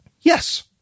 yes